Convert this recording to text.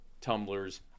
tumblers